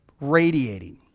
radiating